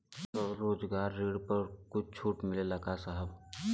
स्वरोजगार ऋण पर कुछ छूट मिलेला का साहब?